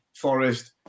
Forest